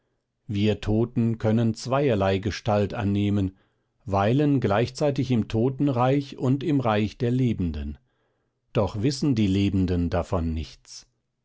wir toten können zweierlei gestalt annehmen weilen gleichzeitig im totenreich und im reich der lebenden doch wissen die lebenden davon nichts